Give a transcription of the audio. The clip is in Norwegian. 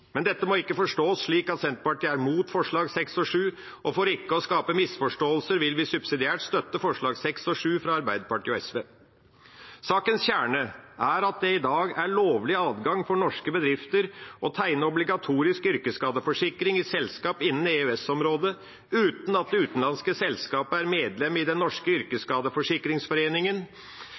Men dette må ikke forstås slik at Senterpartiet er imot forslagene nr. 6 og 7, og for ikke å skape misforståelser vil vi subsidiært støtte forslagene nr. 6 og 7, fra Arbeiderpartiet og SV. Sakens kjerne er at det i dag er lovlig adgang for norske bedrifter å tegne obligatorisk yrkesskadeforsikring i selskaper innenfor EØS-området uten at det utenlandske selskapet er medlem i den norske Yrkesskadeforsikringsforeningen,